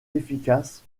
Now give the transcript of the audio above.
efficaces